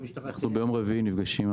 ביום רביעי אנחנו נפגשים עם